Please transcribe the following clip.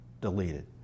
deleted